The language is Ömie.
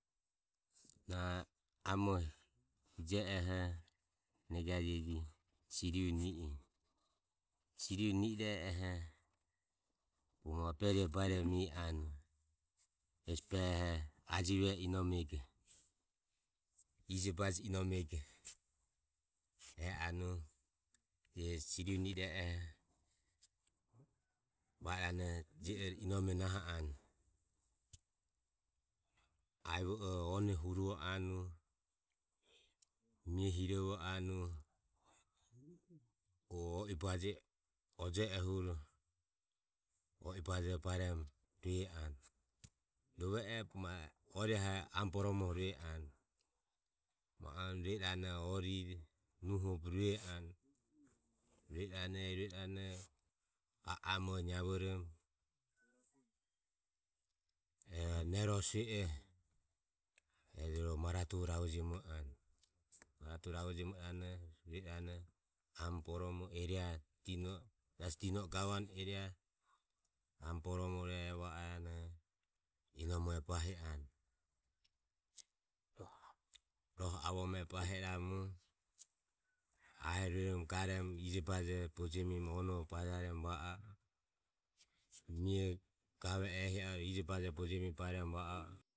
Na amore hije oho negajeji siri une i iro siri une ije oho bogo mabero ho baeromo ie anue hesi behoho ajive e inome je. Ijo baje inome je ero e anue siri une i iro e e oho va iranoho je ore inome naho anue aevo ioho one huro anue. mie hirovo anue o o i baje oje ohuro. o i baje baeromo rue anue. Rove oho bogo ma aharire amo boromoho rue anue ma u emu rue iranoho nuho be rue anue rue iranoho rue irnoho ae amore naevoromo rueroho nero sue e uvo marature ravo jiomo anue marature ravo jiomo iranoho jasi dinoe area gore o orari o goro amo boromo e va e oho ma u emu e bahi anue rohe avohoromo e bahi iramu aero rueromo garomo ijo bajoho bojemiromo imoromo baeromo va arue je ie garuoho ehi arue je va o